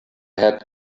had